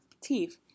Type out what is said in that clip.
teeth